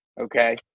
okay